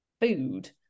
food